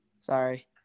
Sorry